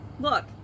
Look